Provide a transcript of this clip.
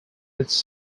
its